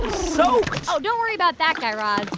so so don't worry about that, guy raz,